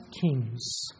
kings